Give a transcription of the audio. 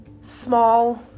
small